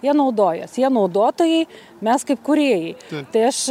jie naudojas jie naudotojai mes kaip kūrėjai tai aš